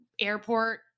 airport